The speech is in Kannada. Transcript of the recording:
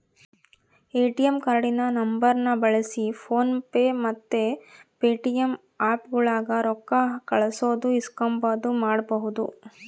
ಎ.ಟಿ.ಎಮ್ ಕಾರ್ಡಿನ ನಂಬರ್ನ ಬಳ್ಸಿ ಫೋನ್ ಪೇ ಮತ್ತೆ ಪೇಟಿಎಮ್ ಆಪ್ಗುಳಾಗ ರೊಕ್ಕ ಕಳ್ಸೋದು ಇಸ್ಕಂಬದು ಮಾಡ್ಬಹುದು